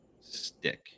stick